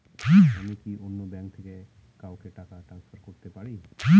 আমি কি অন্য ব্যাঙ্ক থেকে কাউকে টাকা ট্রান্সফার করতে পারি?